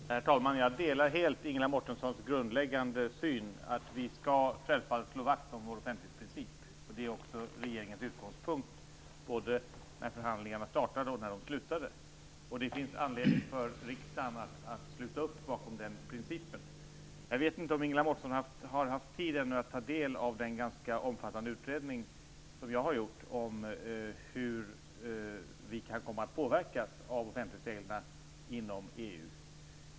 Herr talman! Jag delar helt Ingela Mårtenssons grundläggande syn, att vi självfallet skall slå vakt om vår offentlighetsprincip. Det var också regeringens utgångspunkt, både när förhandlingarna startade och när de slutade. Det finns anledning för riksdagen att sluta upp bakom den principen. Jag vet inte om Ingela Mårtensson ännu har haft tid att ta del av den ganska omfattande utredning som jag har gjort om hur vi kan komma att påverkas av offentlighetsreglerna inom EU.